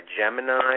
Gemini